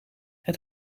het